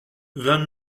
vingt